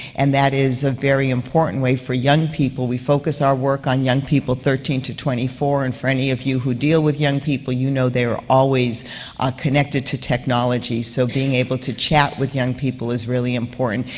and that is a very important way for young people, we focus our work on young people, thirteen to twenty four, and for any of you who deal with young people you know they're always ah connected to technology. so, being able to chat with young people is rally important.